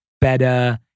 better